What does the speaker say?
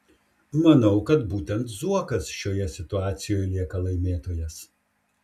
manau kad būtent zuokas šioje situacijoje lieka laimėtojas